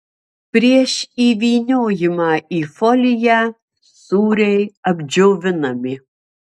prieš įvyniojimą į foliją sūriai apdžiovinami